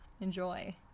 enjoy